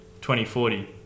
2040